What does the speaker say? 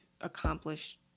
accomplished